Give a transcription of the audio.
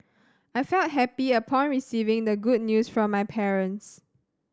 I felt happy upon receiving the good news from my parents